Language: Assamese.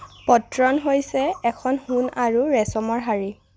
পট্টন হৈছে এখন সোণ আৰু ৰেচমৰ শাড়ী